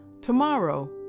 Tomorrow